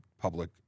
Public